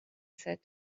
said